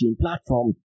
platform